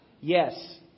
Yes